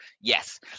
yes